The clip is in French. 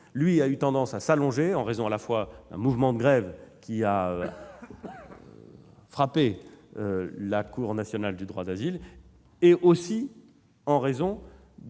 a eu tendance à s'allonger, en raison à la fois d'un mouvement de grève qui a frappé la Cour nationale du droit d'asile et d'un